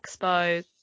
Expo